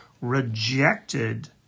rejected